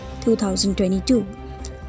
2022